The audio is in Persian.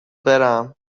برم